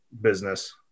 business